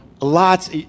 lots